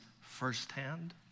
firsthand